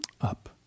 up